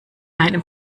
einem